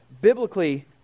biblically